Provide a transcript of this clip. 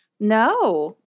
No